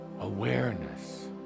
awareness